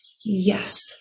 Yes